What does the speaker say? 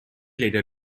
later